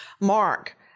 Mark